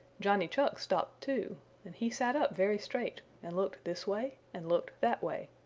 johnny chuck stopped too and he sat up very straight and looked this way and looked that way,